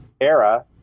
era